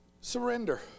Surrender